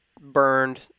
burned